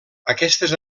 aquestes